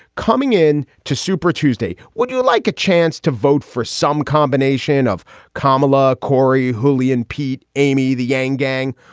coming in to super tuesday, what do you like a chance to vote for some combination of carmilla. corey. hooli and pete. amy, the yang gang?